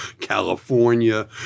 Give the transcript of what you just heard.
California